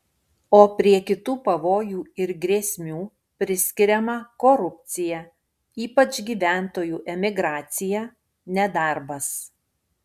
o prie kitų pavojų ir grėsmių priskiriama korupcija ypač gyventojų emigracija nedarbas